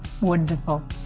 Wonderful